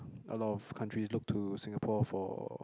a lot of countries look to Singapore for